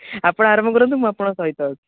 ଆପଣ ଆରମ୍ଭ କରନ୍ତୁ ମୁଁ ଆପଣଙ୍କ ସହିତ ଅଛି